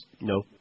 No